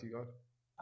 God